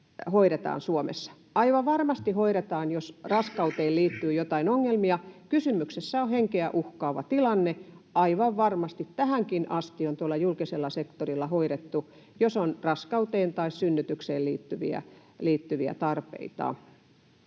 Aivan varmasti hoidetaan, jos raskauteen liittyy jotain ongelmia. Kysymyksessä on henkeä uhkaava tilanne. Aivan varmasti tähänkin asti on tuolla julkisella sektorilla hoidettu, jos on raskauteen tai synnytykseen liittyviä tarpeita